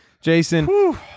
Jason